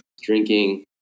drinking